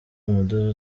umudozi